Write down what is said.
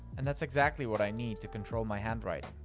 and that's exactly what i need to control my handwriting.